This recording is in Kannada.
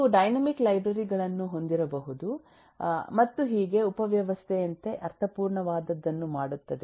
ನೀವು ಡೈನಾಮಿಕ್ ಲೈಬ್ರರಿ ಗಳನ್ನು ಹೊಂದಿರಬಹುದು ಮತ್ತು ಹೀಗೆ ಉಪವ್ಯವಸ್ಥೆಯಂತೆ ಅರ್ಥಪೂರ್ಣವಾದದ್ದನ್ನು ಮಾಡುತ್ತದೆ